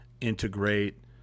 integrate